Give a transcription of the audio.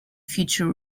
future